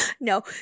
No